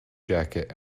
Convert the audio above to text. jacket